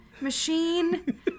machine